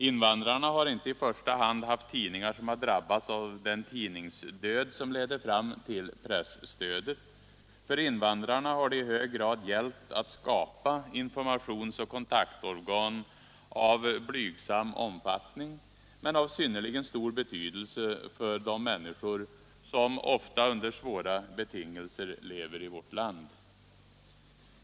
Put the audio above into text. Invandrarna har inte i första hand haft tidningar som drabbats av den tidningsdöd som ledde fram till presstödet. För invandrarna har det i högre grad gällt att skapa informations och kontaktorgan av blygsam omfattning, men av synnerligen stor betydelse för de människor som ofta under svåra betingelser lever i vårt land.